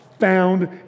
found